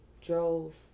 drove